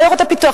בעיירות הפיתוח.